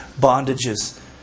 bondages